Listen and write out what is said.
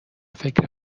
فکر